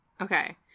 okay